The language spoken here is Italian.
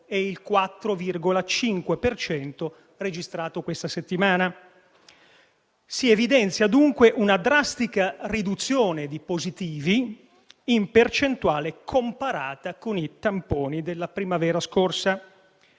per cento registrato questa settimana. Si evidenzia, dunque, una drastica riduzione dei positivi in percentuale comparata con i tamponi della primavera scorsa.